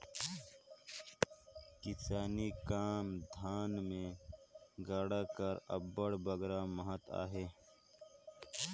किसानी काम धाम मे गाड़ा कर अब्बड़ बगरा महत अहे